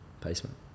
placement